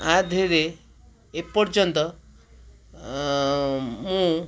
ଆଦିହରେ ଏ ପର୍ଯ୍ୟନ୍ତ ମୁଁ